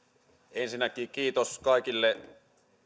ensinnäkin kiitos kaikille